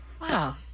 Wow